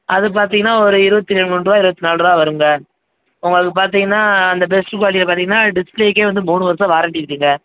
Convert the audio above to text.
அது பார்த்தீங்கன்னா ஒரு இருபத்தி மூன்றுரூவா இருபத்தி நாலு ரூபா வருங்க உங்களுக்கு பார்த்தீங்கன்னா அந்த பெஸ்ட்டு குவாலிட்டியில் பார்த்தீங்கன்னா டிஸ்ப்ளேக்கே வந்து மூணு வருஷம் வாரண்ட்டி இருக்குங்க